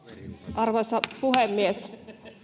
arvoisa puhemies